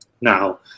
Now